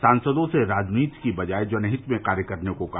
सांसदों से राजनीति की बजाय जनहित में कार्य करने को कहा